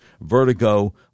vertigo